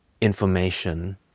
information